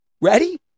ready